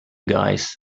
guys